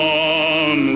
on